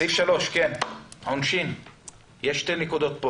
סיום החקירה.